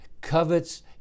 covets